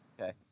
Okay